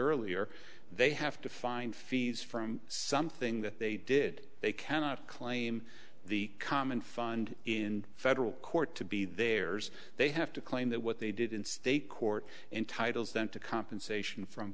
earlier they have to find fees from something that they did they cannot claim the common fund in federal court to be theirs they have to claim that what they did in state court entitles them to compensation from